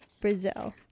Brazil